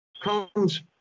comes